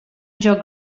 joc